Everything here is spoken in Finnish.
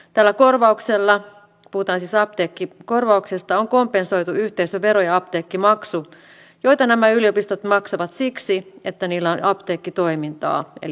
tällä korvauksella puhutaan siis apteekkikorvauksesta on kompensoitu yhteisövero ja apteekkimaksu joita nämä yliopistot maksavat siksi että niillä on apteekkitoimintaa eli yliopiston apteekki